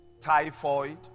typhoid